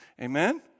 Amen